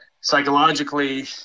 psychologically